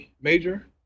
major